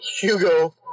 Hugo